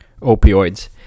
opioids